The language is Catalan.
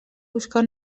buscar